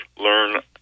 learn